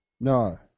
No